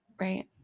Right